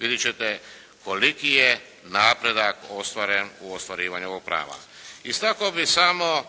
vidjet ćete koliki je napredak ostvaren u ostvarivanju ovog prava. Istaknuo bi samo